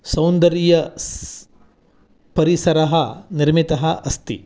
सौन्दर्य स्स्स्स् परिसरः निर्मितः अस्ति